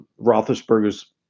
Roethlisberger's